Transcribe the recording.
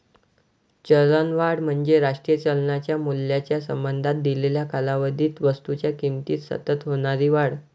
चलनवाढ म्हणजे राष्ट्रीय चलनाच्या मूल्याच्या संबंधात दिलेल्या कालावधीत वस्तूंच्या किमतीत सतत होणारी वाढ